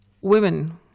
women